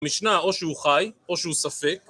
משנה או שהוא חי או שהוא ספק